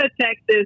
Texas